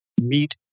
meet